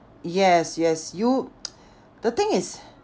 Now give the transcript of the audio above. yes yes you the thing is